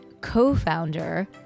co-founder